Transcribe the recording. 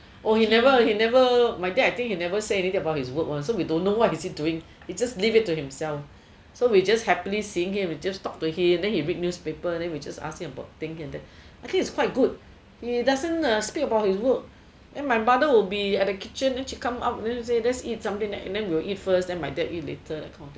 oh he never he never my dad I think he never say anything about his work [one] so we don't know what is he doing he just leave it to himself so we just happily seeing him then just talk to him then he read newspaper then we just ask him about thing here and there I think it's quite good he doesn't speak about his work then my mother will be in the kitchen then she come up say let's eat something then we eat first my dad eat later that kind of thing